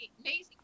amazing